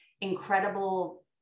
incredible